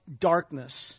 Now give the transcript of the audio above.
darkness